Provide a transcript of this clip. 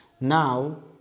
Now